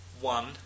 one